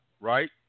right